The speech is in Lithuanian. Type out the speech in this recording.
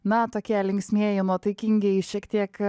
na tokie linksmieji nuotaikingieji šiek tiek